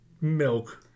milk